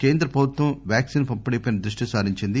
కేంద్రప్రభుత్వం వాక్సిన్ పంపిణీపై దృష్టి సారించింది